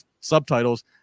subtitles